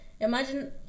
imagine